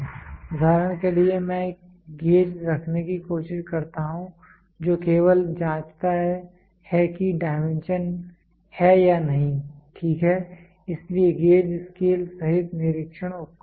उदाहरण के लिए मैं एक गेज रखने की कोशिश करता हूं जो केवल जांचता है कि डायमेंशन है या नहीं ठीक है इसलिए गेज स्केल रहित निरीक्षण उपकरण हैं